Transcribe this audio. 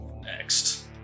Next